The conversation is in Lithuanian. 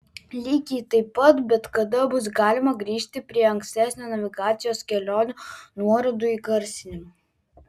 lygiai taip pat bet kada bus galima grįžti prie ankstesnio navigacijos kelionių nuorodų įgarsinimo